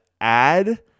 add